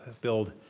build